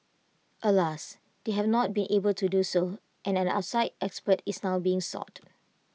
alas they have not been able to do so and an outside expert is now being sought